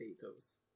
potatoes